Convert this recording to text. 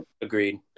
Agreed